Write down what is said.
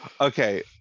okay